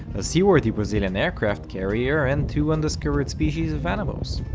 a seaworthy brazilian aircraft carrier, and two undiscovered species of animals.